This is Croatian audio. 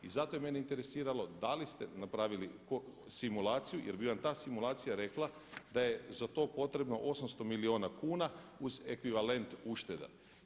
I zato je mene interesiralo da li ste napravili simulaciju, jer bi vam ta simulacija rekla da je za to potrebno 800 milijuna kuna uz ekvivalent ušteda.